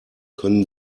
können